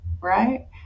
right